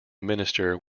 minister